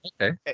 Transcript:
okay